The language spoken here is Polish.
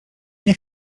nie